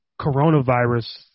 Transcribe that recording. coronavirus